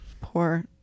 poor